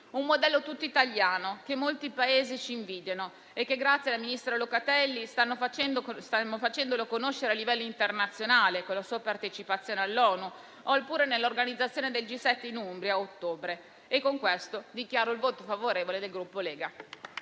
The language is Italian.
Un modello tutto italiano, che molti Paesi ci invidiano e che, grazie al ministro Locatelli, stiamo facendo conoscere a livello internazionale, con la sua partecipazione all'ONU oppure nell'organizzazione del G7, a ottobre in Umbria. Con questo dichiaro il voto favorevole del Gruppo Lega.